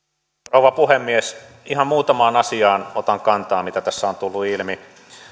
rouva puhemies otan kantaa ihan muutamaan asiaan mitä tässä on tullut ilmi